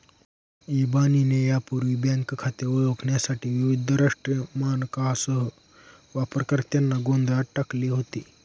इबानीने यापूर्वी बँक खाते ओळखण्यासाठी विविध राष्ट्रीय मानकांसह वापरकर्त्यांना गोंधळात टाकले होते